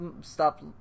stop